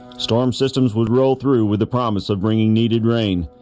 storm systems would roll through with the promise of bringing needed rain.